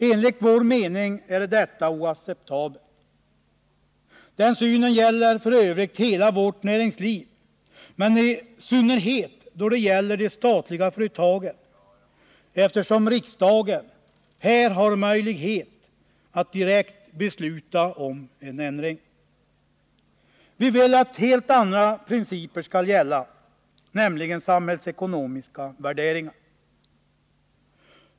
Enligt vår mening är detta oacceptabelt. Vi har f. ö. en motsvarande syn beträffande hela vårt näringsliv. I synnerhet vill vi dock understryka vår uppfattning då det gäller de statliga företagen, eftersom riksdagen här har möjlighet att direkt besluta om en ändring. Vi vill att helt andra principer skall tillämpas, nämligen samhällsekonomiska värderingar.